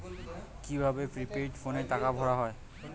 কি ভাবে প্রিপেইড ফোনে টাকা ভরা হয়?